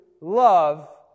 love